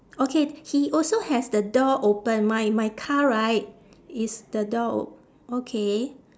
okay he also has the door open my my car right is the door o~ okay